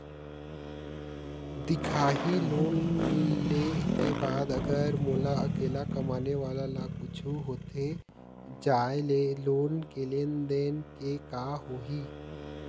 दिखाही लोन ले के बाद अगर मोला अकेला कमाने वाला ला कुछू होथे जाय ले लोन के लेनदेन के का होही?